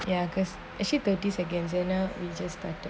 ya cause actually thirty seconds enough which we just started